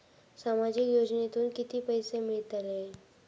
सामाजिक योजनेतून किती पैसे मिळतले?